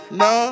no